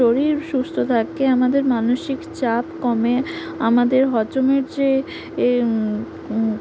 শরীর সুস্থ থাকে আমাদের মানসিক চাপ কমে আমাদের হজমের যে এ